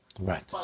Right